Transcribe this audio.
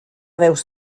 veus